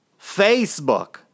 Facebook